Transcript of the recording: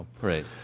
right